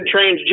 transgender